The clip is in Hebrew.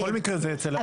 בכל מקרה זה אצל הוועדות.